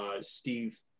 Steve